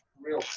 real